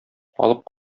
алып